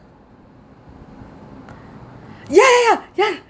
ya ya ya yeah